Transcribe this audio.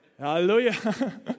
Hallelujah